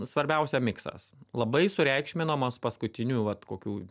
svarbiausia miksas labai sureikšminamas paskutinių vat kokių